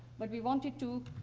but we wanted to